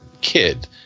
kid